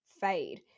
fade